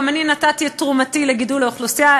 גם אני נתתי את תרומתי לגידול האוכלוסייה,